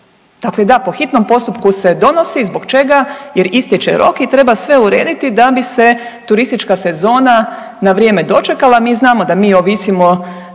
dakle da, po hitnom postupku se donosi, zbog čega jer istječe rok i treba sve urediti da bi se turistička sezona na vrijeme dočekala. Mi znamo da mi ovisimo